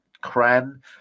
Cran